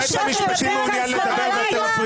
ביזיון איך שאת מדברת על סדרנית.